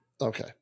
Okay